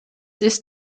ist